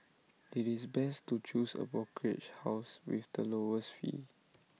IT is best to choose A brokerage house with the lowest fees